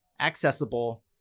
accessible